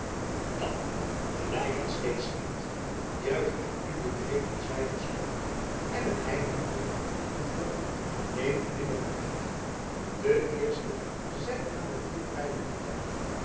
dan gelijk het steeds gaat juich en jubelkreten zwijgen spoedig en het heimelijk morren en wrokken jacob van lennep elizabeth musch neemt nimmer een eind de eersten zijn aan de vuurpijlen gelijk